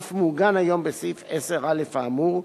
ואף מעוגן היום בסעיף 10א האמור,